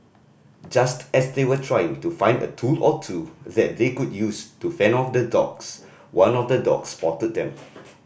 just as they were trying to find a tool or two that they could use to fend off the dogs one of the dogs spotted them